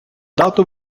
дату